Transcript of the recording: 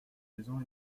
maison